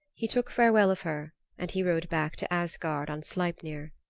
he took farewell of her and he rode back to asgard on sleipner.